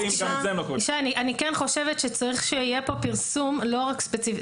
אני כן חושבת שצריך שיהיה כאן פרסום לא רק ספציפי.